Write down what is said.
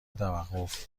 توقف